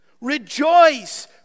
Rejoice